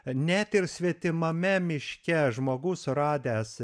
net ir svetimame miške žmogus suradęs